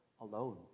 alone